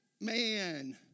man